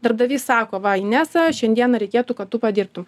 darbdavys sako va inesa šiandieną reikėtų kad tu padirbtum